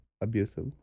abusive